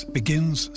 begins